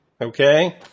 okay